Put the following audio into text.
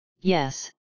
yes